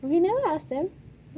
we never ask them